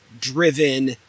driven